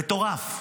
מטורף.